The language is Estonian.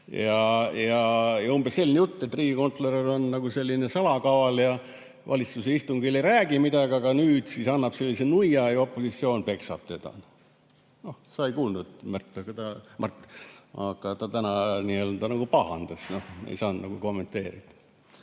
Umbes selline jutt, et riigikontrolör on selline salakaval ja valitsuse istungil ei räägi midagi, aga nüüd annab sellise nuia ja opositsioon peksab teda. Sa ei kuulnud, Mart, aga ta täna pahandas, ei saanud kommenteerida.